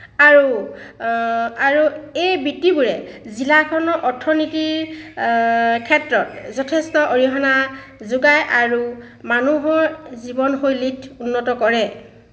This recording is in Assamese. আৰু আৰু এই বৃত্তিবোৰে জিলাখনৰ অৰ্থনীতিৰ ক্ষেত্ৰত যথেষ্ট অৰিহণা যোগাই আৰু মানুহৰ জীৱন শৈলীত উন্নত কৰে